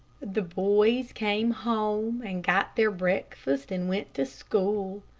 the boys came home, and got their breakfast and went to school.